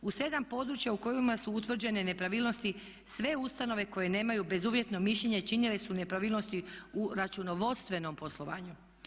U 7 područja u kojima su utvrđene nepravilnosti sve ustanove koje nemaju bezuvjetno mišljenje činile su nepravilnosti u računovodstvenom poslovanju.